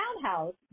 townhouse